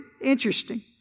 interesting